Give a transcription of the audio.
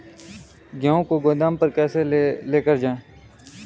गेहूँ को गोदाम पर कैसे लेकर जाएँ?